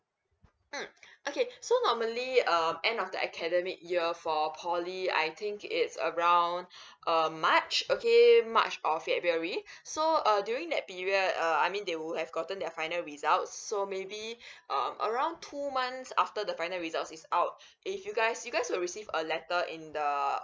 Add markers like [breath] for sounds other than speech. mm okay so normally um end of the academic year for poly I think it's around [breath] err march okay march or february so uh during that period err I mean they would have gotten their final results so maybe um around two months after the final results is out if you guys you guys will receive a letter in the